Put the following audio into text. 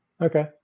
Okay